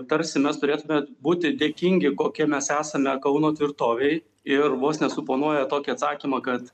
tarsi mes turėtume būti dėkingi kokie mes esame kauno tvirtovei ir vos ne suponuoja tokį atsakymą kad